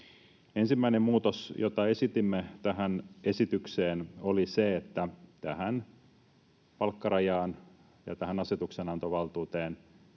Ensimmäinen muutos, jota esitimme tähän esitykseen, oli se, että tähän palkkarajaan ja tähän asetuksenantovaltuuteen